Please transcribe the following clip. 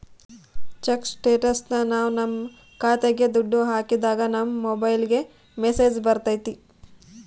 check ಸ್ಟೇಟಸ್ನ ನಾವ್ ನಮ್ ಖಾತೆಗೆ ದುಡ್ಡು ಹಾಕಿದಾಗ ನಮ್ ಮೊಬೈಲ್ಗೆ ಮೆಸ್ಸೇಜ್ ಬರ್ತೈತಿ